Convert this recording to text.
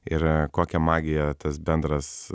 ir kokią magiją tas bendras